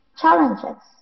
challenges